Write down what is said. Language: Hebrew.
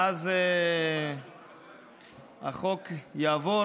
ואז החוק יעבור